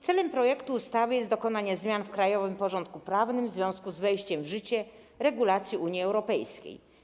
Celem projektu ustawy jest dokonanie zmian w krajowym porządku prawnym w związku z wejściem w życie regulacji Unii Europejskiej.